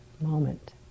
moment